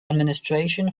administration